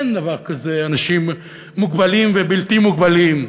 אין דבר כזה אנשים מוגבלים ובלתי מוגבלים.